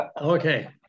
okay